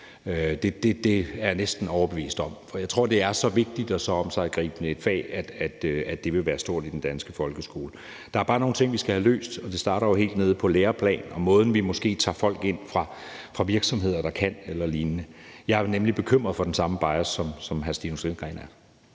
Det er jeg næsten overbevist om, for jeg tror, at det er så vigtigt og så omsiggribende et fag, at det vil være stort i den danske folkeskole. Der er bare nogle ting, vi skal have løst, og det starter jo helt nede på lærerplan og med måden, vi måske tager folk, der kan, ind fra virksomheder på eller lignende. Jeg er nemlig bekymret for den samme bias, som hr. Stinus Lindgreen er.